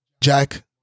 Jack